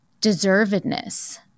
deservedness